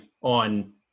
on